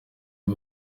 iyo